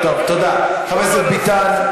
תודה, חבר הכנסת ביטן.